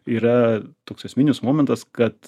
yra toks esminis momentas kad